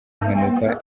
impanuka